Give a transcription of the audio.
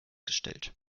gestellt